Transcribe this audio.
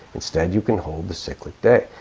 instead you can hold the cyclic day.